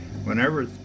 Whenever